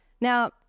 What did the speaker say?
Now